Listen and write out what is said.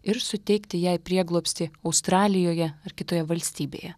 ir suteikti jai prieglobstį australijoje ar kitoje valstybėje